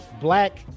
black